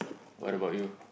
what about you